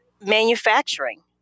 manufacturing